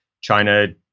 China